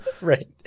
right